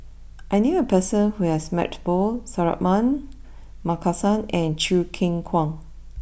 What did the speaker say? I knew a person who has met both Suratman Markasan and Choo Keng Kwang